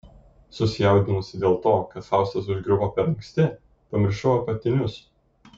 susijaudinusi dėl to kad faustas užgriuvo per anksti pamiršau apatinius